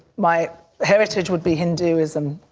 my heritage would be hinduism.